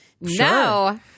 No